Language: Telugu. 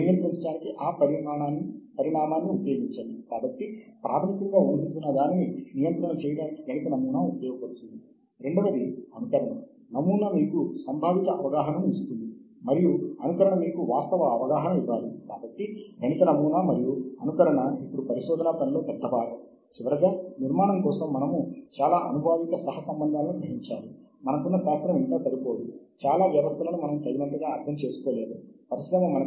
మనము ప్రాథమికంగా పత్రికలు పరిశోధన నివేదికలు సమావేశ కార్యకలాపాలు అధికారిక ప్రచురణలు ప్రమాణాలు సిద్ధాంతాలు వ్యాసాలు మొదలైన వాటి గురించి తెలుసుకోగలుగుతున్నాము